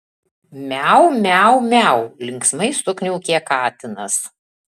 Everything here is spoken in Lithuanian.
miau miau miau linksmai sukniaukė katinas